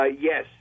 Yes